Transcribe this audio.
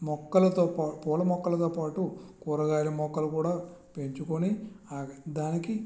మొక్కలతోపాటు పూల మొక్కలతో పాటు కూరగాయల ముక్కలు కూడా పెంచుకుని దానికి